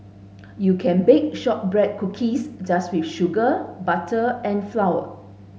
you can bake shortbread cookies just with sugar butter and flour